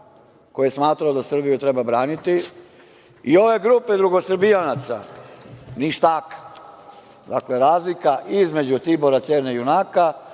koji je smatrao da Srbiju treba braniti i ove grupe drugosrbijanaca, ništaka. Dakle, razlika između Tibora Cerne junaka